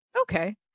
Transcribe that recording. Okay